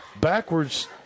backwards